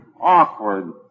awkward